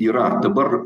yra dabar